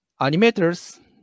animators